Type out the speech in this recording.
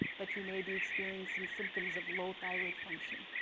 but you may be experiencing symptoms of low thyroid function.